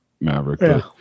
Maverick